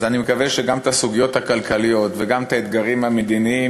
אז אני מקווה שגם את הסוגיות הכלכליות וגם את האתגרים המדיניים